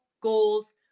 goals